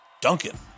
Duncan